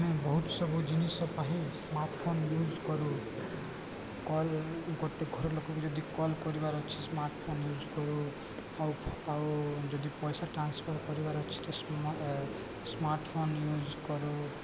ଆମେ ବହୁତ ସବୁ ଜିନିଷ ପାଇଁ ସ୍ମାର୍ଟ ଫୋନ ୟୁଜ୍ କରୁ କଲ୍ ଗୋଟେ ଘରଲୋକକୁ ଯଦି କଲ୍ କରିବାର ଅଛି ସ୍ମାର୍ଟ ଫୋନ ୟୁଜ୍ କରୁ ଆଉ ଆଉ ଯଦି ପଇସା ଟ୍ରାନ୍ସଫର୍ କରିବାର ଅଛି ତ ସ୍ମାର୍ଟ ଫୋନ ୟୁଜ୍ କରୁ